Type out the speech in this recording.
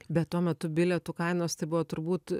bet tuo metu bilietų kainos tai buvo turbūt